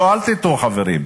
לא, אל תטעו, חברים.